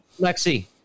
Lexi